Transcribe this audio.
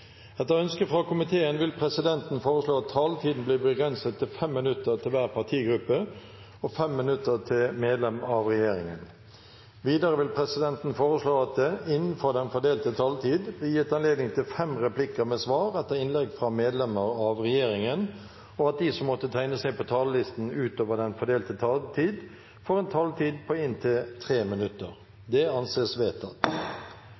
Etter ønske fra helse- og omsorgskomiteen vil presidenten foreslå at taletiden blir begrenset til 3 minutter til hver partigruppe og 3 minutter til medlemmer av regjeringen. Videre vil presidenten foreslå at det – innenfor den fordelte taletid – blir gitt anledning til fem replikker med svar etter innlegg fra medlemmer av regjeringen, og at de som måtte tegne seg på talerlisten utover den fordelte taletid, får en taletid på inntil